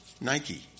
Nike